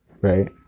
right